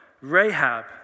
Rahab